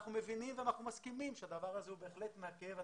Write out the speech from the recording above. אנחנו מבינים ואנחנו מסכימים שהדבר הזה הוא בהחלט מעכב אנשים.